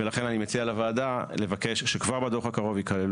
לכן אני מציע לוועדה לבקש שכבר בדוח הקרוב ייכלל